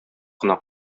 кына